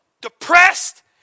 depressed